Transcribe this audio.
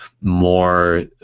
more